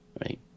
Right